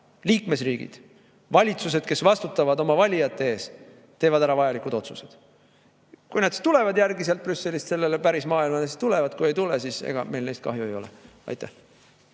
liikmesriigid, valitsused, kes vastutavad oma valijate ees, teevad ära vajalikud otsused. Kui nad tulevad sealt Brüsselist sellele pärismaailmale järgi, siis tulevad. Kui ei tule, siis ega meil neist kahju ei ole. Urmas